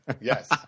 Yes